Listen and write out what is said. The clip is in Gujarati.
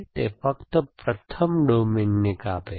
તે ફક્ત પ્રથમ ડોમેનને કાપે છે